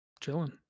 chilling